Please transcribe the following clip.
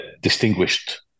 distinguished